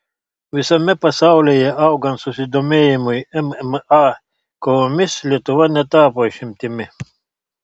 visame pasaulyje augant susidomėjimui mma kovomis lietuva netapo išimtimi